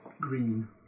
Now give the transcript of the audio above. Green